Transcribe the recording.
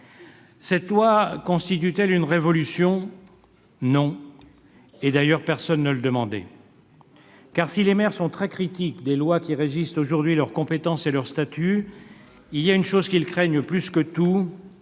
Cette loi constituera-t-elle une révolution ? Non, et d'ailleurs personne ne le demandait. Car si les maires sont très critiques des lois qui régissent aujourd'hui leurs compétences et leur statut, il y a une chose qu'ils craignent plus que tout-ils